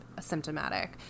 symptomatic